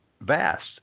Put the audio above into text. vast